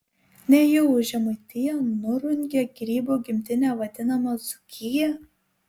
nejau žemaitija nurungė grybų gimtine vadinamą dzūkiją